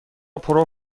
پرو